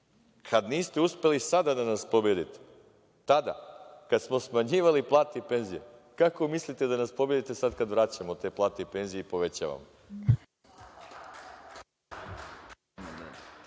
kada niste uspeli da nas pobedite tada kada smo smanjivali plate i penzije, kako mislite da nas pobedite sada kada vraćamo te plate i penzije i povećavamo?